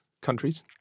countries